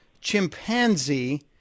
chimpanzee